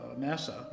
NASA